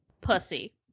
Pussy